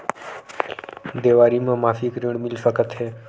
देवारी म मासिक ऋण मिल सकत हे?